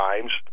times